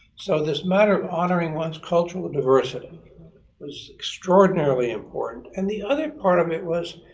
so this matter of honoring one's cultural diversity was extraordinarily important, and the other part of it was,